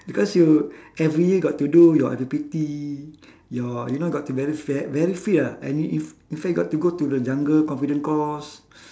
because you every year got to do your I_P_P_T your you know got to very fat very fit ah and in in f~ in fact got to go the jungle confident course